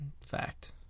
fact